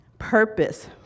purpose